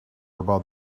about